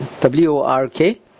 W-O-R-K